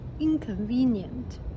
inconvenient